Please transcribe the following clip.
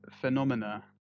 phenomena